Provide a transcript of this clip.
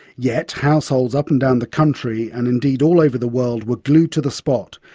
yet households up and down the country and indeed all over the world were glued to the spot,